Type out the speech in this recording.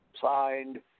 Signed